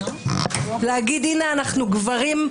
להגיד: הינה, אנחנו גברים.